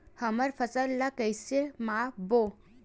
हमन फसल ला कइसे माप बो?